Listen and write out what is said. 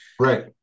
Right